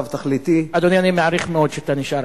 רבותי, תירגעו.